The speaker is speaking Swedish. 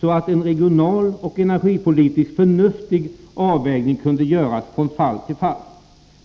anläggningar, så att en regional och energipolitiskt förnuftig avvägning kunde göras från fall till fall.